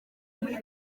muri